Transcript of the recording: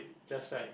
just like